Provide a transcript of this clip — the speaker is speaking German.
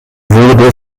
würde